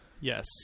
Yes